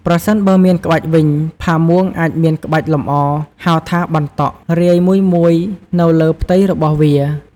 ប្រសិនបើមានក្បាច់វិញផាមួងអាចមានក្បាច់លម្អ ហៅថា “បន្តក់” រាយមួយៗនៅលើផ្ទៃរបស់វា។